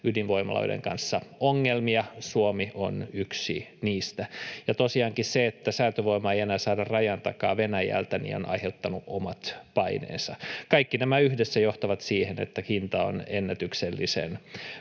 ydinvoimaloiden kanssa ongelmia. Suomi on yksi niistä. Ja tosiaankin se, että säätövoimaa ei enää saada rajan takaa Venäjältä, on aiheuttanut omat paineensa. Kaikki nämä yhdessä johtavat siihen, että hinta on ennätyksellisen